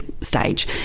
stage